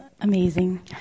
amazing